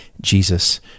Jesus